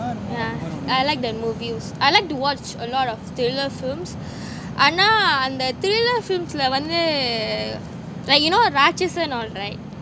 yeah I like the movies I like to watch a lot of thriller films ஆனா அந்த:ana antha thriller films lah வந்து:vanthu like you know Ratsasan alright